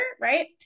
Right